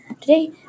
Today